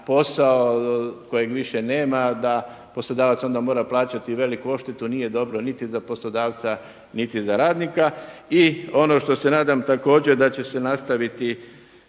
posao kojeg više nema da poslodavac onda mora plaćati veliku odštetu, nije dobro niti za poslodavca niti za radnika. I ono što se nadam također da će se nastaviti